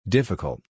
Difficult